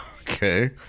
Okay